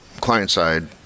client-side